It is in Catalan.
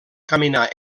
caminar